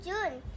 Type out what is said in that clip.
June